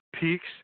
peaks